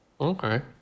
Okay